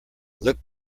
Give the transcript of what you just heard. look